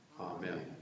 Amen